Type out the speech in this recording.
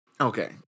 okay